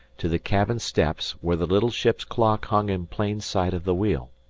to the cabin steps where the little ship's clock hung in plain sight of the wheel.